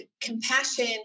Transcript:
compassion